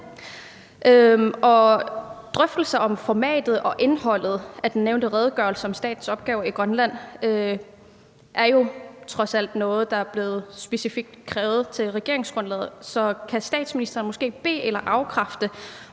Drøftelser om formatet og indholdet af den nævnte redegørelse om statens opgaver i Grønland er jo trods alt noget, der er blevet specifikt krævet i regeringsgrundlaget, så kan statsministeren måske be- eller afkræfte,